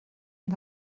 und